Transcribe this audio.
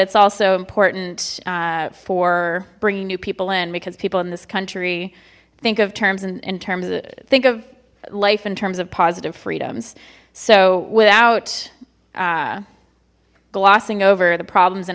it's also important for bringing new people in because people in this country think of terms and in terms of think of life in terms of positive freedoms so without glossing over the problems in